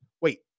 wait